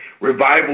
Revival